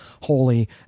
holy